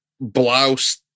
blouse